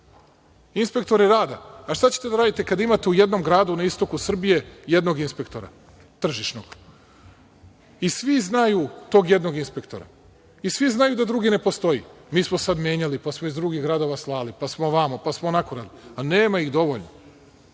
Inspektori rada. Šta ćete da radite kada imate u jednom gradu na istoku Srbije, jednog inspektora, tržišnog i svi znaju tog jednog inspektora, i svi znaju da drugi ne postoji. Mi smo sada menjali, pa smo iz drugih gradova slali, pa smo ovamo, pa smo onako radili. Nema ih dovoljno.